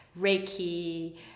reiki